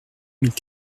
mille